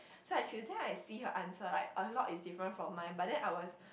so I choose then I see her answer like a lot is different from mine but then I was